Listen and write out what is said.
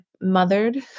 mothered